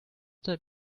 der